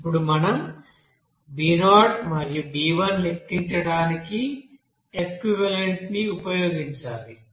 ఇప్పుడు మనం b0 మరియు b1 లెక్కించడానికి ఎక్వివలెంట్ ని ఉపయోగించాలి